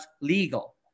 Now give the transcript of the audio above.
legal